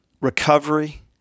recovery